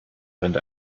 rennt